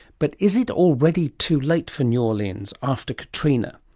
but is it already too late for new orleans after katrina?